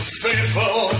faithful